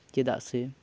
ᱪᱮᱫᱟᱜ ᱥᱮ